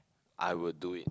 I will do it